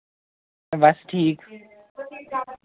बस ठीक